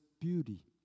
beauty